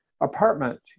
apartment